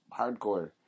hardcore